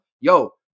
Yo